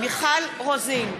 מיכל רוזין,